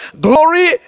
glory